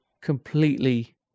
completely